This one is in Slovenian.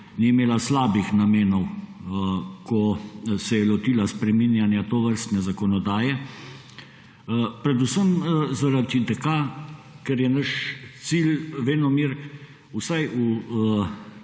ni imela slabih namenov, ko se je lotila spreminjanja tovrstne zakonodaje, predvsem zaradi tega, ker je naš cilj venomer vsaj